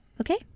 Okay